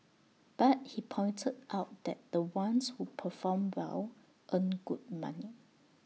but he pointed out that the ones who perform well earn good money